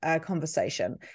conversation